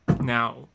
now